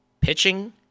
Pitching